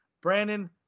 Brandon